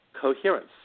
coherence